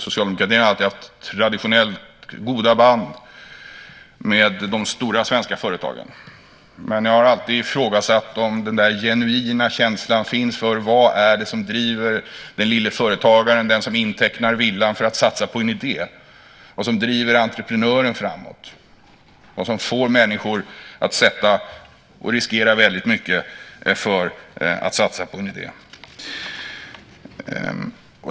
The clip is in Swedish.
Socialdemokratin har alltid haft traditionellt goda band med de stora svenska företagen, men jag har alltid ifrågasatt om den där genuina känslan finns för vad det är som driver den lille företagaren, den som intecknar villan för att satsa på en idé. Det handlar om vad som driver entreprenören framåt, vad som får människor att riskera väldigt mycket för att satsa på en idé.